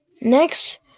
Next